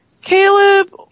Caleb